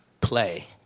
Play